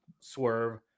Swerve